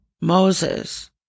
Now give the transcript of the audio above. Moses